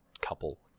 couple